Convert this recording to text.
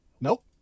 Nope